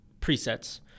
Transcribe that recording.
presets